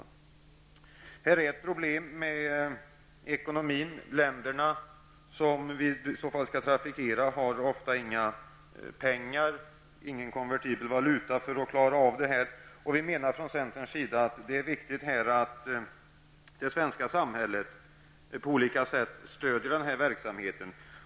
Här finns det ett problem med ekonomin. Länder som är aktuella för trafik har ofta inga pengar, ingen konvertibel valuta, för att klara det här. Centern menar att det är viktigt att Sverige på olika sätt stöder verksamheten.